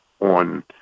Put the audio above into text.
on